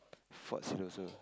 Fort Siloso